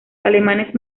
alemanes